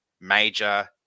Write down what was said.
major